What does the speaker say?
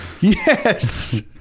Yes